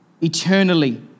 eternally